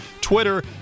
Twitter